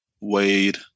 Wade